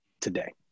today